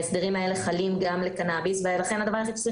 ההסדרים האלה חלים גם לקנאביס ולכן הדבר היחיד שצריך